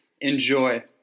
Enjoy